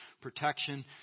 protection